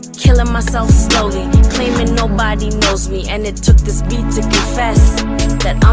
killing myself slowly, claiming nobody knows me, and it took this beat to confess that